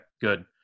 Good